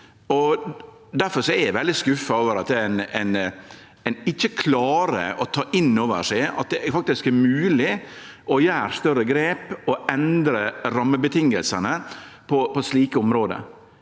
Difor er eg veldig skuffa over at ein ikkje klarer å ta inn over seg at det faktisk er mogleg å gjere større grep og endre rammevilkåra på slike område.